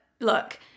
look